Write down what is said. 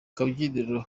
kabyiniro